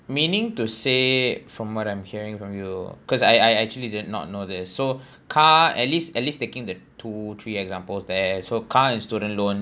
meaning to say from what I'm hearing from you cause I I actually did not know this so car at least at least taking the two three examples there so car and student loan